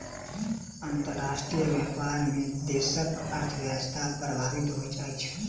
अंतर्राष्ट्रीय व्यापार में देशक अर्थव्यवस्था प्रभावित होइत अछि